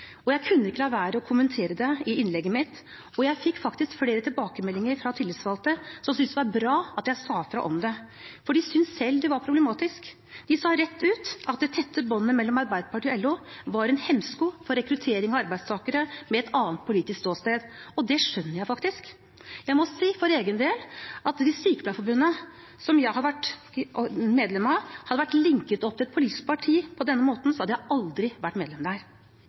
meg. Jeg kunne ikke la være å kommentere det i innlegget mitt, og jeg fikk faktisk flere tilbakemeldinger fra tillitsvalgte som syntes det var bra at jeg sa fra om det, for de syntes selv det var problematisk. De sa rett ut at det tette båndet mellom Arbeiderpartiet og LO var en hemsko for rekruttering av arbeidstakere med et annet politisk ståsted, og det skjønner jeg faktisk. Jeg må si for egen del at hvis Sykepleierforbundet, som jeg har vært medlem av, hadde vært linket opp til et politisk parti på denne måten, hadde jeg aldri vært medlem der.